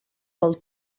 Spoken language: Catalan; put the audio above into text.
pel